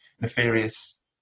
nefarious